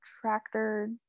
tractor